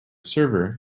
server